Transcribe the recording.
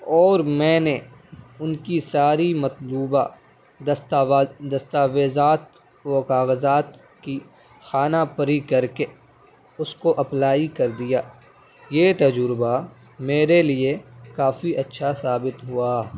اور میں نے ان کی ساری مطلوبہ دستاویزات و کاغذات کی خانہ پری کر کے اس کو اپلائی کر دیا یہ تجربہ میرے لیے کافی اچھا ثابت ہوا